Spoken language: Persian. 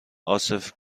عاصف